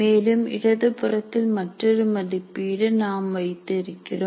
மேலும் இடது புறத்தில் மற்றொரு மதிப்பீடு நாம் வைத்து இருக்கிறோம்